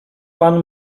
pan